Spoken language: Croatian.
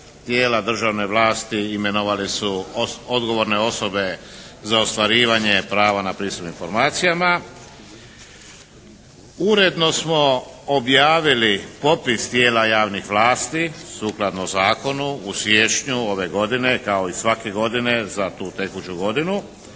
tijela državne vlasti imenovali su odgovorne osobe za ostvarivanje prava na pristup informacijama. Uredno smo objavili popis tijela javnih vlasti sukladno zakonu u siječnju ove godine kao i svaku godinu za tu tekuću godinu